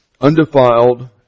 undefiled